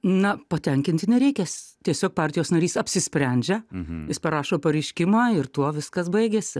na patenkinti nereikės tiesiog partijos narys apsisprendžia pareiškimą ir tuo viskas baigiasi